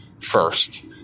first